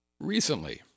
recently